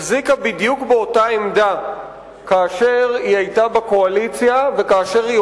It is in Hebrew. החזיקה בדיוק באותה עמדה כאשר היא היתה בקואליציה וכאשר היא